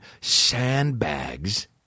sandbags